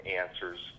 answers